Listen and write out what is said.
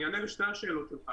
אני אענה לשתי השאלות שלך.